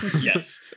Yes